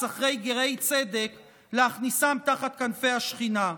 אחרי גרי צדק להכניסם תחת כנפי השכינה.